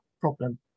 problem